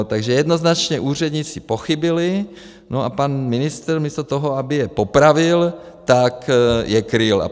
Takže jednoznačně úředníci pochybili a pan ministr místo toho, aby je popravil, tak je kryl.